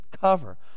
cover